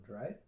right